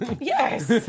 Yes